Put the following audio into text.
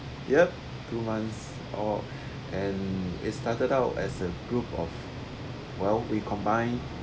yup two months or and it started out as a group of well we combine